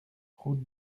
route